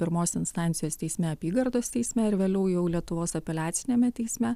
pirmos instancijos teisme apygardos teisme ir vėliau jau lietuvos apeliaciniame teisme